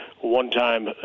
one-time